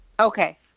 Okay